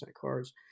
cards